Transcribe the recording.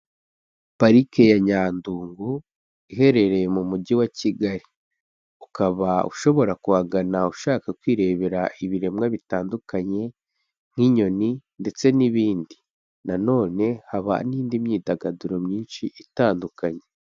Parike ya Nyandungu iherereye mu mujyi wa Kigali. Ukaba ushobora kuhagana ushaka kwirebera ibiremwa bitandukanye nk'inyoni ndetse n'ibindi. Nanone haba n'indi myidagaduro myinshi itandukanye.